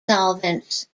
solvents